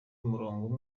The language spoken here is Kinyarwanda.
umurongo